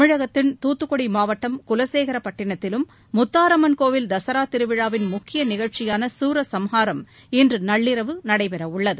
தமிழகத்தின் தூத்துக்குடி மாவட்டம் குலசேகரப்பட்டிணத்திலும் முத்தாரம்மன் கோயில் தஸரா திருவிழாவின் முக்கிய நிகழ்ச்சியான சூரசம்ஹாரம் இன்று நள்ளிரவு நடைபெறவுள்ளது